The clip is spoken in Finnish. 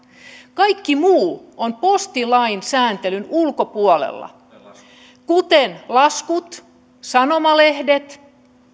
kaikki muu on postilain sääntelyn ulkopuolella kuten laskut sanomalehdet